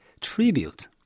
tribute